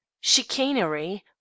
Chicanery